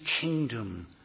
kingdom